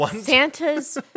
Santa's